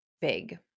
big